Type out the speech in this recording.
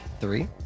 Three